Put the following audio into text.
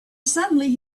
suddenly